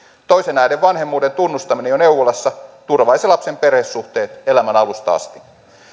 toisen äidin vanhemmuuden tunnustaminen jo neuvolassa turvaisi lapsen perhesuhteet elämän alusta asti